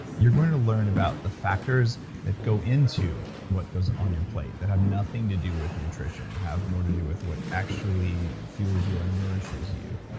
you're going to learn about the factors that go into what goes on your plate that have nothing to do with nutrition, to have more to do with what actually fuels you or nourishes you.